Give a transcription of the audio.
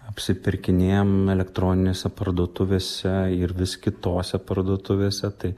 apsipirkinėjam elektroninėse parduotuvėse ir vis kitose parduotuvėse tai